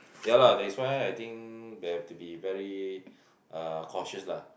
ya lah that's why I think they have to be very uh cautious lah